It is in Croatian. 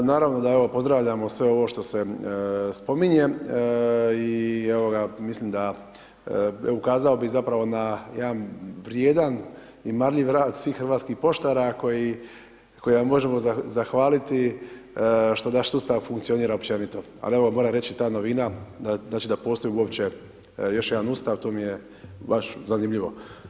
Naravno da evo pozdravljamo sve ovo što se spominje i evo ga, mislim da, ukazao bi zapravo na jedan vrijedan i marljiv rad svih hrvatskih poštara kojima možemo zahvaliti što naš sustav funkcionira općenito ali evo moram reći ta novina znači da postoji uopće još jedan Ustav, to mi je baš zanimljivo.